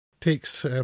takes